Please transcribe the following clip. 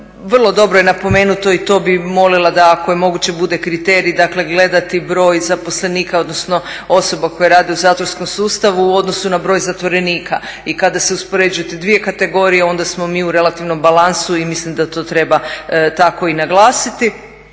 Vrlo dobro je napomenuti i to bi molila da ako je moguće bude kriterij, dakle gledati broj zaposlenika, odnosno osoba koje rade u zatvorskom sustavu u odnosu na broj zatvorenika. I kada se uspoređuju te dvije kategorije onda smo mi u relativnom balansu i mislim da to treba tako i naglasiti.